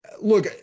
look